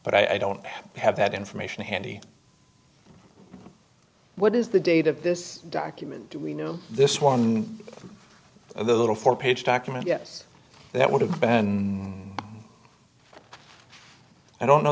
but i don't have that information handy what is the date of this document do we know this one little four page document yes that would have been i don't know